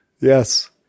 Yes